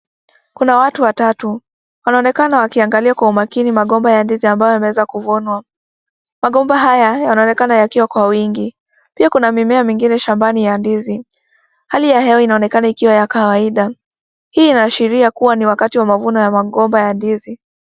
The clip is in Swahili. Kuna watu watatu, wanaonekana wakiangalia kwa umakini magomba ya ndizi ambayo yameweza kuvunwa. Magomba haya yanaonekana yakiwa kwa wingi, pia kuna mimea mingine shambani ya ndizi, hali ya hewa inaonekana ikiwa ya kawaida, hii inaashiria kuwa ni wakati wa mavuno wa magomba ya ndizi.